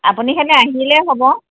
আপুনি খালী আহিলেই হ'ব